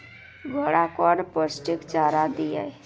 घोड़ा कौन पोस्टिक चारा दिए?